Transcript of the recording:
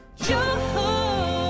joy